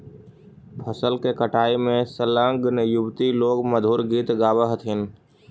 फसल के कटाई में संलग्न युवति लोग मधुर गीत गावऽ हथिन